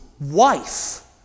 wife